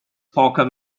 poker